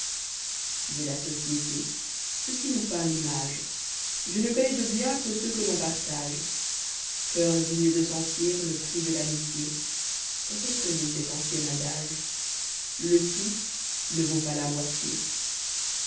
de la société ceci nous peint l'image je ne connois de biens que ceux que l'on partage coeurs dignes dé sentir le prix de l'amitié retenez cet ancien adage le tout ne vaut pas la moitié